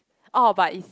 oh but is